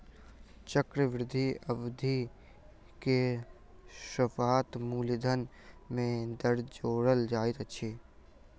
चक्रवृद्धि अवधि के पश्चात मूलधन में दर जोड़ल जाइत अछि